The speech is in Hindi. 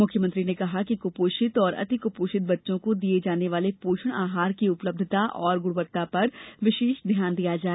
मुख्यमंत्री ने कहा कि कपोषित और अति क्पोषित बच्चों को दिए जाने वाले पोषण आहार की उपलब्धता और ग्रणवत्ता पर विशेष ध्यान दिया जाए